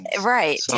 Right